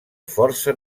força